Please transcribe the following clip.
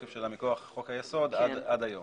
כפוף לאישור חוקי העזר על ידי שר הפנים.